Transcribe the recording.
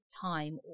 time